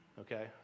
Okay